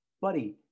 buddy